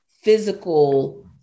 physical